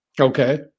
Okay